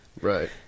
Right